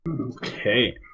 Okay